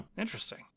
interesting